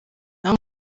naho